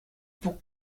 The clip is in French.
pour